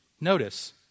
Notice